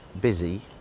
busy